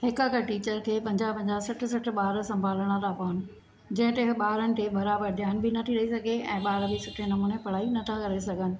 हिक हिक टीचर खे पंजाह पंजाह सठि सठि ॿार संभालणा था पवन जंहिं करे ॿारनि ते बराबरु ध्यानु बि नथी ॾई सघे ऐं ॿार बि सुठे नमूने पढ़ाई नथा करे सघनि